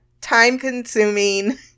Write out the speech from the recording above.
time-consuming